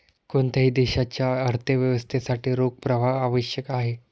कोणत्याही देशाच्या अर्थव्यवस्थेसाठी रोख प्रवाह आवश्यक आहे